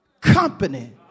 Company